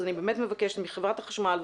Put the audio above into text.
אז אני מבקשת מחברת החשמל,